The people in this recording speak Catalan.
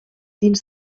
dins